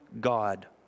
God